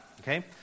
okay